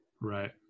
Right